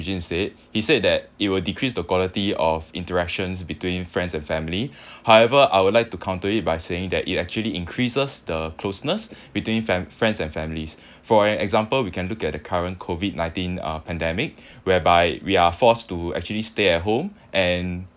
didn't said he said that it will decrease the quality of interactions between friends and family however I would like to counter it by saying that it actually increases the closeness between frie~ friends and families for example we can look at the current COVID nineteen uh pandemic whereby we are forced to actually stay at home and